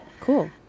Cool